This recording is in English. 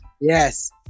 Yes